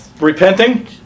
repenting